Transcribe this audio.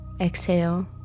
Exhale